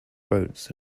boats